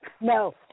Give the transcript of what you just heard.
No